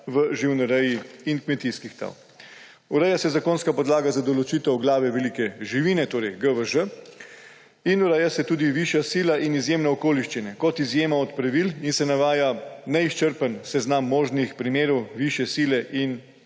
v živinoreji in kmetijskih tal. Ureja se zakonska podlaga za določitev števila glave velike živine, torej GVŽ. Ureja se tudi višja sila in izjemne okoliščine kot izjema od pravil in se navaja neizčrpen seznam možnih primerov višje sile in